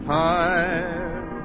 time